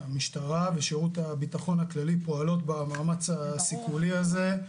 המשטרה ושירות הביטחון הכללי פועלות במאמץ הסיכולי הזה -- ברור.